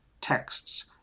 texts